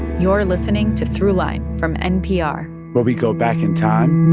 you're listening to throughline from npr where we go back in time.